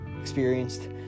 experienced